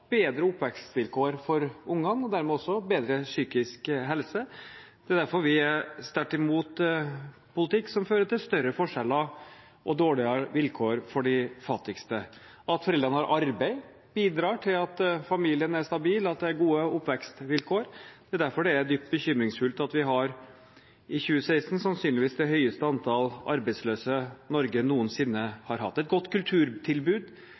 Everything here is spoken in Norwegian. bedre psykisk helse. Det er derfor vi er sterkt imot en politikk som fører til større forskjeller og dårligere vilkår for de fattigste. At foreldrene har arbeid, bidrar til at familien er stabil, og at det er gode oppvekstvilkår. Det er derfor det er dypt bekymringsfullt at vi i 2016 sannsynligvis har det høyeste antall arbeidsløse Norge noensinne har hatt. Et godt kulturtilbud,